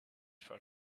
for